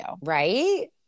Right